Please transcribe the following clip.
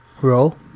Roll